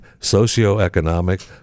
socioeconomic